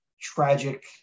tragic